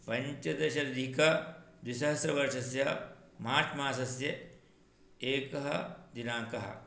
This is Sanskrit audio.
पञ्चदशाधिकद्विसहस्रवर्षस्य मार्च् मासस्य एकः दिनाङ्कः